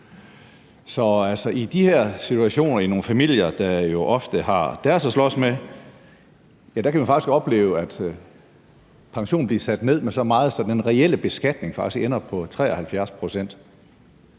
Så i de her situationer i nogle familier, der jo ofte har deres at slås med, ja, der kan man faktisk opleve, at pensionen bliver sat ned så meget, at den reelle beskatning faktisk ender på 73 pct.